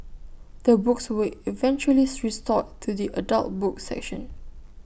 the books were eventually restored to the adult books section